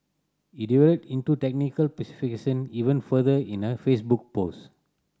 he delved into technical even further in a Facebook post